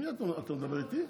עם מי אתה מדבר, איתי?